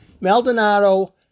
Maldonado